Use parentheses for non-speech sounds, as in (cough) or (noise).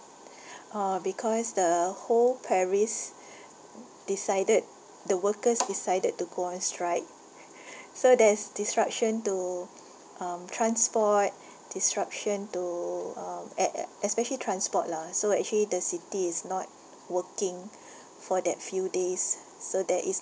(breath) uh because the whole paris (noise) decided the workers decided to go on strike (breath) so there's disruption to um transport disruption to uh e~ e~ especially transport lah so actually the city is not working for that few days so there is